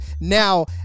now